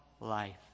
life